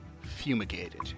fumigated